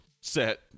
set